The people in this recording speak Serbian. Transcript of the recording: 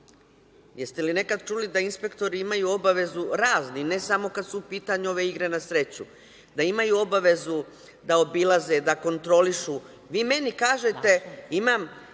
Jeste li nekad čuli da inspektori imaju obavezu, razni, ne samo kad su u pitanju ove igre na sreću, da imaju obavezu da obilaze, da kontrolišu? Vi meni kažete da imam